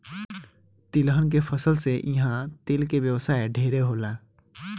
तिलहन के फसल से इहा तेल के व्यवसाय ढेरे होला